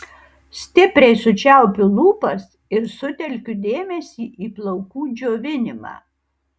stipriai sučiaupiu lūpas ir sutelkiu dėmesį į plaukų džiovinimą